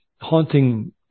haunting